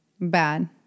bad